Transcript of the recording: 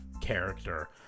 character